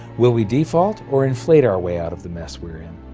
will we default or inflate our way out of the mess we're in?